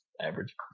Average